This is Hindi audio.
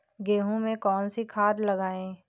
गेहूँ में कौनसी खाद लगाएँ?